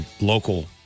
Local